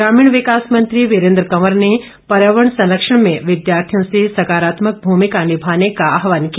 ग्रामीण विकास मंत्री वीरेन्द्र कवर ने पर्यावरण संरक्षण में विद्यार्थियों से सकारात्मक भूमिका निभाने का आहवान किया